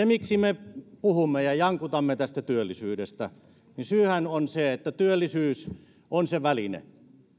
miksi me puhumme ja jankutamme tästä työllisyydestä on se että työllisyys on se väline